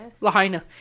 Lahaina